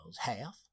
half